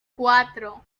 cuatro